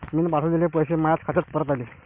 मीन पावठवलेले पैसे मायाच खात्यात परत आले